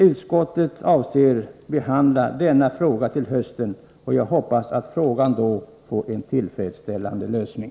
Utskottet avser behandla denna fråga till hösten. Jag hoppas att frågan då får en tillfredsställande lösning.